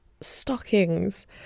stockings